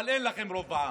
אבל אין לכם רוב בעם.